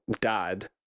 dad